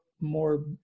more